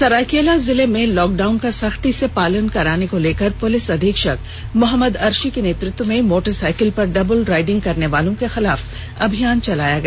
सरायकेला जिले में लॉकडाउन का सख्ती से पालन कराने को लेकर पुलिस अधीक्षक मोहम्मद अर्शी के नेतृत्व में मोटरसाइकिल पर डबल राइडिंग करने वालों के खिलाफ अभियान चलाया गया